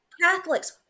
Catholics